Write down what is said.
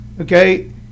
okay